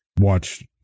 watch